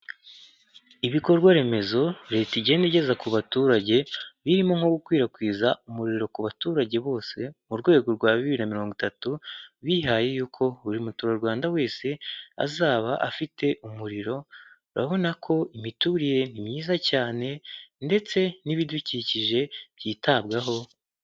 Inzu nini y'ubwishingizi bwa u a pa ku ruhande hari amasikariye maremare, cyane inzu nini umuntu ugiye kwinjiramo bisa nkaho ikorwa ubwishingizi.